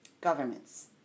Governments